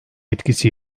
etkisi